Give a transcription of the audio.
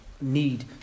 need